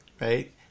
right